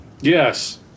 Yes